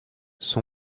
son